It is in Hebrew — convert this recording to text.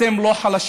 אתם לא חלשים,